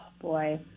boy